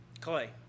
Clay